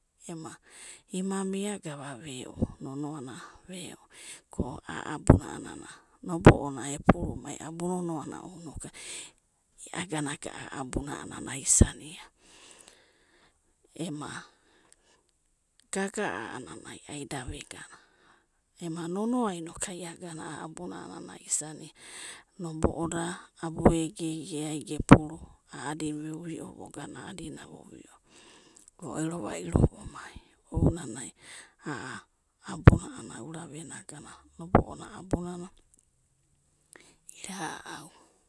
Ema, ima mia, gava vero, nonoana veo, ko a'a abuna a'anana nobo'ona epuru mai abu nonoana inoku ia'aga abunana aisania. ema gaga'a a'anana ai da vegara ema nonoa inoku aiaga buna a'anana aisania nobo'oda abu ege egenai ge puru, a'adinavovio vogana, a'adina vovio, vo ero vairo vo mai ounanai. a'a buna a'anana aura venia agana nobo'o abunana, ira'au.